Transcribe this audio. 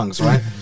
Right